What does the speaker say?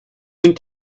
den